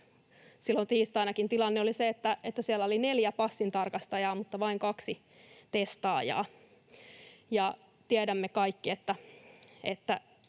silloin tiistainakin tilanne oli se, että siellä oli neljä passintarkastajaa mutta vain kaksi testaajaa. Tiedämme kaikki, että